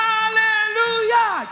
Hallelujah